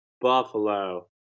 Buffalo